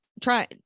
try